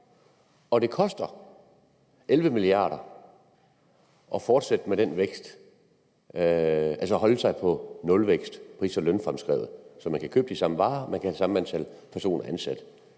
med den vækst, altså holde sig på nulvækst pris- og lønfremskrevet, så man kan købe de samme varer og have det samme antal personer ansat.